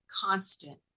constant